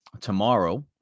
tomorrow